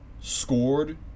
scored